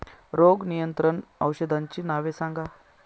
रोग नियंत्रण औषधांची नावे सांगा?